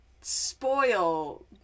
spoil